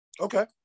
Okay